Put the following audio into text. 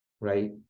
Right